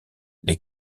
les